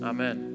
Amen